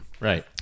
Right